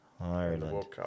Ireland